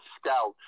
scouts